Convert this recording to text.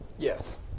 yes